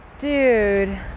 Dude